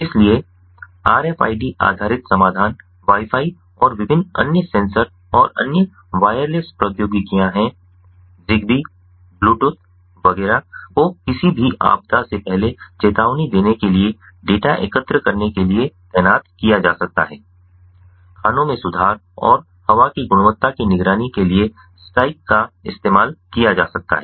इसलिए RFID आधारित समाधान वाई फाई और विभिन्न अन्य सेंसर और अन्य वायरलेस प्रौद्योगिकियां हैं ज़िगबी ब्लूटूथ Zigbee Bluetooth वगैरह को किसी भी आपदा से पहले चेतावनी देने के लिए डेटा एकत्र करने के लिए तैनात किया जा सकता है खानों में सुधार और हवा की गुणवत्ता की निगरानी के लिए स्ट्राइक का इस्तेमाल किया जा सकता है